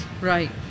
Right